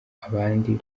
abandi